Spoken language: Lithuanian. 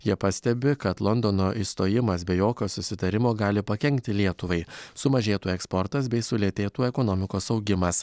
jie pastebi kad londono išstojimas be jokio susitarimo gali pakenkti lietuvai sumažėtų eksportas bei sulėtėtų ekonomikos augimas